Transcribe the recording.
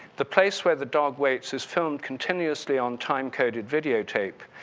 the place where the dog waits is filmed continuously on time coded video tape.